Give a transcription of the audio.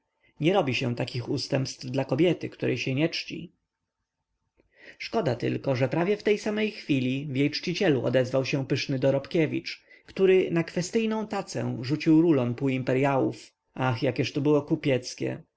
nie robi się takich ustępstw dla kobiety której się nie czci szkoda tylko że prawie w tej samej chwili w jej czcicielu odezwał się pyszny dorobkiewicz który na kwestyjną tacę rzucił rulon półimperyałów ach jakieżto było kupieckie i jak on nic nie